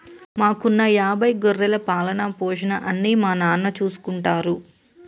మాకున్న యాభై గొర్రెల పాలన, పోషణ అన్నీ మా నాన్న చూసుకుంటారు